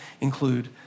include